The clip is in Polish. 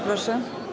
Proszę.